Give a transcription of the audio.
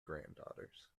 granddaughters